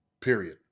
Period